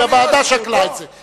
שהוועדה שקלה את זה יכול להיות.